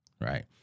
right